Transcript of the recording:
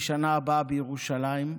"לשנה הבאה בירושלים",